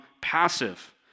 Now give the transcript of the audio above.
passive